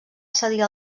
cedir